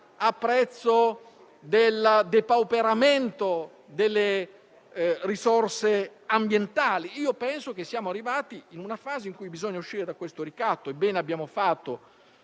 salute e del depauperamento delle risorse ambientali. Io penso che siamo arrivati in una fase in cui bisogna uscire da questo ricatto e abbiamo fatto